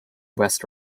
west